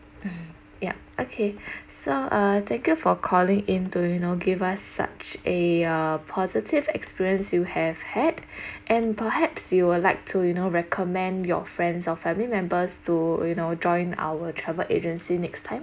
yup okay so uh thank you for calling in to you know give us such a uh positive experience you have had and perhaps you would like to you know recommend your friends or family members to you know join our travel agency next time